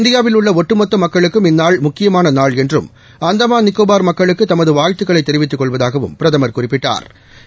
இந்தியாவில் உள்ள ஒட்டுமொத்த மக்களுக்கும் இந்நாள் முக்கியமான நாள் என்றும் அந்தமான் நிகோபாா் மக்களுக்கு தமது வாழ்த்துக்களைத் தெரிவித்துக் கொள்வதாகவும் பிரதமா் குறிப்பிட்டாா்